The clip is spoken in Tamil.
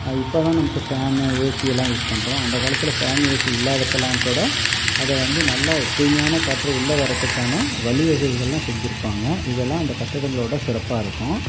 இப்போதான் நமக்கு ஃபேனு ஏசி எல்லாம் யூஸ் பண்ணுறோம் அந்த காலத்தில் ஃபேன் ஏசி இல்லாதப்பலாம் கூட அதை வந்து நல்ல தூய்மையான காற்று உள்ளே வரத்துக்கான வழி வகைகளெலாம் செஞ்சுருப்பாங்க இதெல்லாம் அந்த கட்டடங்களோடய சிறப்பாக இருக்கும்